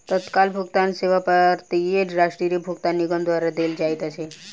तत्काल भुगतान सेवा भारतीय राष्ट्रीय भुगतान निगम द्वारा देल जाइत अछि